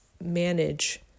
manage